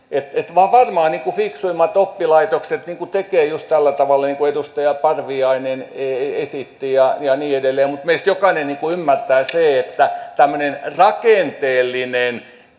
varmaan fiksuimmat oppilaitokset tekevät just tällä tavalla niin kuin edustaja parviainen esitti ja ja niin edelleen mutta meistä jokainen ymmärtää sen että tämmöinen rakenteellinen